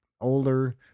older